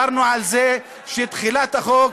דיברנו על זה שתחילת החוק,